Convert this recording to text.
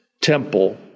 temple